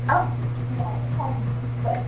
okay बरें thank you बरें